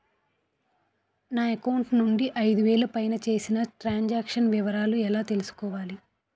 నా అకౌంట్ నుండి ఐదు వేలు పైన చేసిన త్రం సాంక్షన్ లో వివరాలు ఎలా తెలుసుకోవాలి?